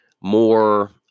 more